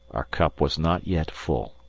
our cup was not yet full.